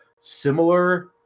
similar